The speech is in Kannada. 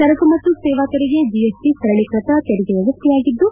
ಸರಕು ಮತ್ತು ಸೇವಾ ತೆರಿಗೆ ಜಿಎಸ್ಟ ಸರಳೀಕೃತ ತೆರಿಗೆ ವ್ಯವಸ್ನೆಯಾಗಿದ್ದು